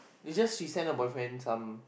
is just she send her boyfriend some